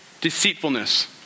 deceitfulness